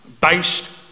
based